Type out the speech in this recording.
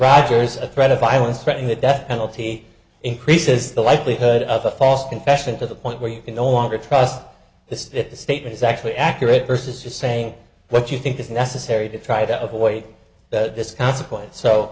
rogers of threat of violence threatening the death penalty increases the likelihood of a false confession to the point where you can no longer trust this statement is actually accurate versus just saying what you think is necessary to try to avoid that this consequence so